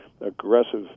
aggressive